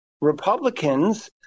Republicans